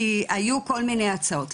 כי היו כל מיני הצעות,